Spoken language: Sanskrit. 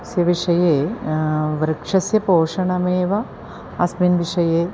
अस्य विषये वृक्षस्य पोषणमेव अस्मिन् विषये